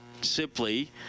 simply